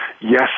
yes